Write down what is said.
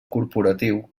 corporatiu